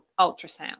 ultrasound